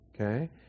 Okay